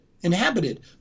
inhabited